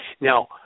Now